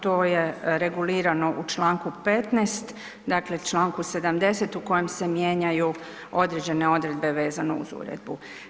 To je regulirano u čl. 15., dakle čl. 70. u kojem se mijenjaju određene odredbe vezano uz uredbu.